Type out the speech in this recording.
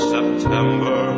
September